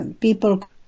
people